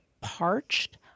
parched